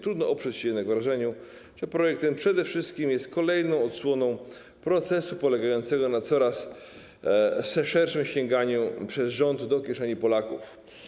Trudno jednak oprzeć się wrażeniu, że projekt ten przede wszystkim jest kolejną odsłoną procesu polegającego na coraz szerszym sięganiu przez rząd do kieszeni Polaków.